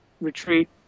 retreat